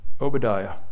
Obadiah